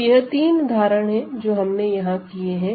तो यह तीन उदाहरण है जो हमने यहां किए हैं